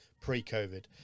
pre-COVID